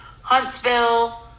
Huntsville